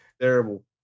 terrible